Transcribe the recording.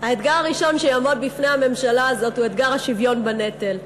האתגר הראשון שיעמוד בפני הממשלה הזאת הוא אתגר השוויון בנטל.